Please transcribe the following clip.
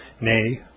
nay